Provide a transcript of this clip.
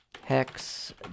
hex